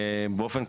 באופן,